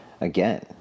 Again